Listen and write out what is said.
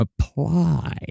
apply